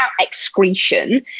excretion